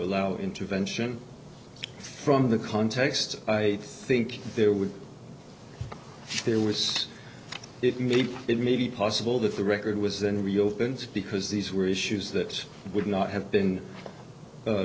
allow intervention from the context i think there were there was it me it may be possible that the record was and reopened because these were issues that would not have been